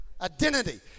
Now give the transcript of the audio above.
Identity